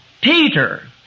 Peter